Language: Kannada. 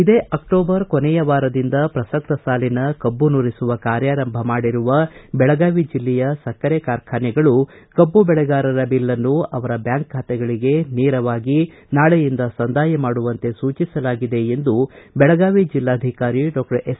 ಇದೇ ಅಕ್ಟೋಬರ್ ಕೊನೆಯ ವಾರದಿಂದ ಪ್ರಸಕ್ತ ಸಾಲಿನಕಬ್ಬು ನುರಿಸುವ ಕಾರ್ಯಾರಂಭ ಮಾಡಿರುವ ಬೆಳಗಾವಿ ಬೆಲ್ಲೆಯ ಸಕ್ಕರೆ ಕಾರ್ಖಾನೆಗಳು ಕಬ್ಬು ಬೆಳೆಗಾರರ ಬಿಲ್ನ್ನು ಅವರ ಬ್ಯಾಂಕ್ ಖಾತೆಗಳಿಗೆ ನೇರವಾಗಿ ನಾಳೆಯಿಂದ ಸಂದಾಯ ಮಾಡುವಂತೆ ಸೂಚಿಸಲಾಗಿದೆ ಎಂದು ಬೆಳಗಾವಿ ಜಿಲ್ಲಾಧಿಕಾರಿ ಡಾಕ್ಟರ್ ಎಸ್